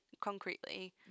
concretely